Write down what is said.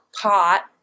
pot